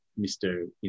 Mr